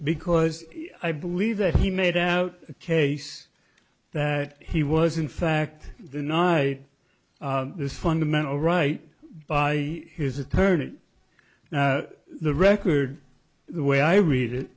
because i believe that he made out a case that he was in fact the night this fundamental right by his attorney the record the way i read it